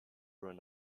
ran